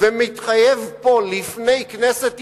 ומתחייב פה, לפני כנסת ישראל,